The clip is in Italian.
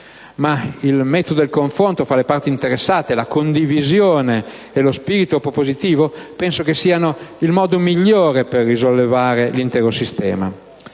Ma il metodo del confronto fra le parti interessate, la condivisione e lo spirito propositivo penso che siano il modo migliore per risollevare l'intero sistema.